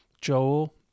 Joel